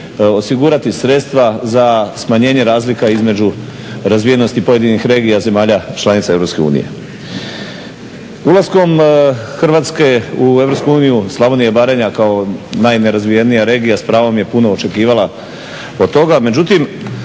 osigurati sredstva za smanjenje razlika između razvijenosti pojedinih regija zemalja članica EU. Ulaskom Hrvatske u EU, Slavonija i Baranja kao najnerazvijenija regija s pravom je puno očekivala od toga,